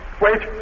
Wait